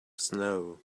snow